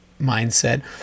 mindset